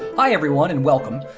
hi everyone, and welcome!